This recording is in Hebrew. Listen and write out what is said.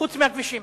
חוץ מהכבישים.